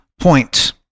point